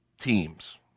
teams